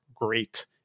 great